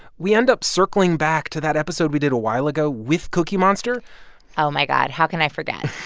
we end up circling back to that episode we did a while ago with cookie monster oh, my god. how can i forget?